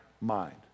mind